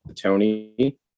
Tony